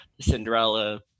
Cinderella